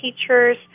teachers